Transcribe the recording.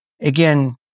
again